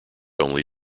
only